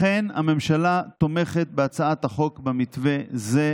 לכן, הממשלה תומכת בהצעת החוק במתווה זה,